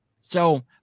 so-